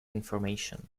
information